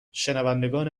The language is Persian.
شنوندگان